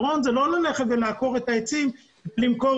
הפתרון הוא לא ללכת ולעקור את העצים ולמכור